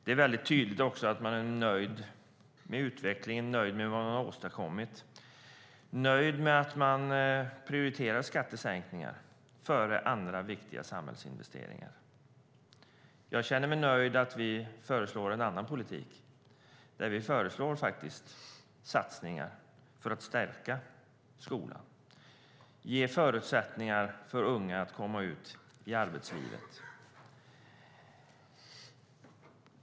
Det är tydligt att man är nöjd med utvecklingen, nöjd med vad man åstadkommit, nöjd med att man prioriterar skattesänkningar före andra viktiga samhällsinvesteringar. Jag känner mig nöjd med att vi föreslår en annan politik. Vi föreslår satsningar för att stärka skolan och för att ge förutsättningar för unga att komma ut i arbetslivet.